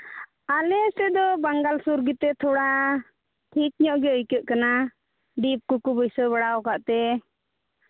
ᱟᱞᱮ ᱥᱮᱫ ᱫᱚ ᱵᱟᱝᱜᱟᱞ ᱥᱩᱨ ᱜᱮᱛᱮ ᱛᱷᱚᱲᱟ ᱴᱷᱤᱠ ᱧᱚᱜ ᱜᱮ ᱟᱭᱠᱟᱹᱜ ᱠᱟᱱᱟ ᱰᱤᱯ ᱠᱚᱠᱚ ᱵᱟᱹᱭᱥᱟᱹᱣ ᱵᱟᱲᱟ ᱟᱠᱟᱫ ᱛᱮ